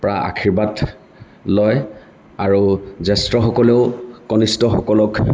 পৰা আশীৰ্বাদ লয় আৰু জ্যেষ্ঠসকলেও কনিষ্ঠসকলক